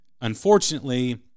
unfortunately